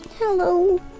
Hello